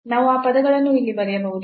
ನಾವು ಆ ಪದಗಳನ್ನು ಇಲ್ಲಿ ಬರೆಯಬಹುದು